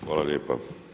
Hvala lijepa.